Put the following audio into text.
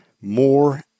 more